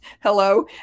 Hello